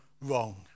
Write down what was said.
wrong